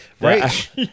Right